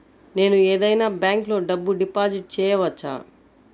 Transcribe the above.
నేను ఏదైనా బ్యాంక్లో డబ్బు డిపాజిట్ చేయవచ్చా?